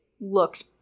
looks